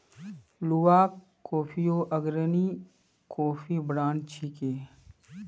Luwak कॉफियो अग्रणी coffee brand छिके